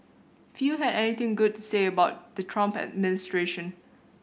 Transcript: few had anything good to say about the Trump administration